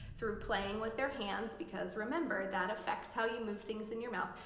through playing with their hands because remember that affects how you move things in your mouth.